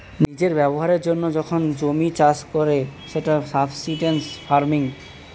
নিজের ব্যবহারের জন্য যখন জমি চাষ করে সেটা সাবসিস্টেন্স ফার্মিং